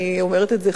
אני אומרת את זה,